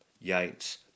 Yates